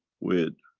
with